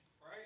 right